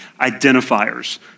identifiers